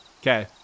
Okay